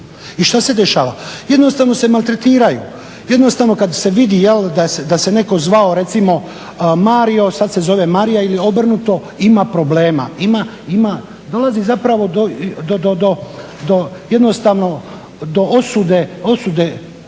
i šta se dešava? Jednostavno se maltretiraju, jednostavno kad se vidi jel da se netko zvao recimo Mario, sad se zove Marija ili obrnuto ima problema, nalazi zapravo do jednostavno do osude zajednice